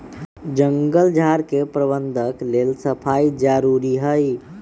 जङगल झार के प्रबंधन लेल सफाई जारुरी हइ